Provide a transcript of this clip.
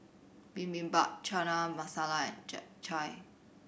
Bibimbap Chana Masala and Japchae